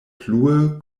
plue